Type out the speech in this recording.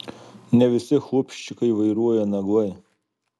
ne visi chlupščikai vairuoja naglai